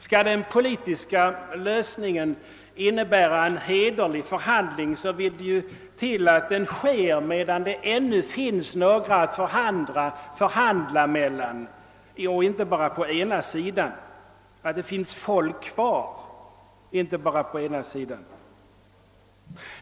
Skall den politiska lösningen innebära en hederlig förhandling, måste den komma till stånd medan det ännu finns folk kvar att förhandla med, inte bara på den ena sidan.